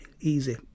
easy